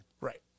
Right